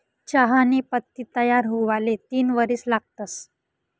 चहानी पत्ती तयार हुवाले तीन वरीस लागतंस